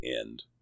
end